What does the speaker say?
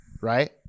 right